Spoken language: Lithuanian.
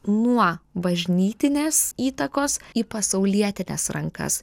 nuo bažnytinės įtakos į pasaulietines rankas